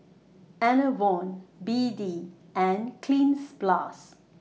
Enervon B D and Cleanz Plus